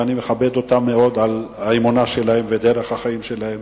ואני מכבד אותם מאוד על האמונה שלהם ודרך החיים שלהם,